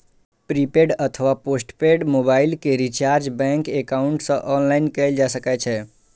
prepaid अथवा postpaid mobile के recharge bank account सं ऑनलाइन कैल जा सकै छै